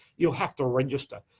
you'll have to register.